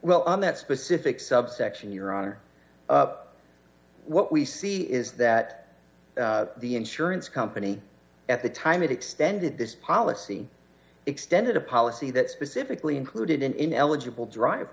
well on that specific subsection your honor what we see is that the insurance company at the time it extended this policy extended a policy that specifically included an ineligible drive